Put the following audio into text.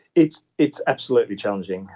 it's it's absolutely challenging.